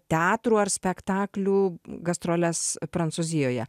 teatrų ar spektaklių gastroles prancūzijoje